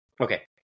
okay